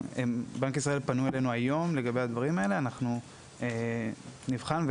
בנק ישראל פנה אלינו היום לגבי הדברים האלה ואנחנו נבחן אותם.